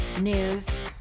News